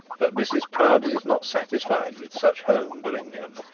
but mrs proudie is not satisfied with such home dominion,